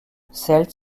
seltz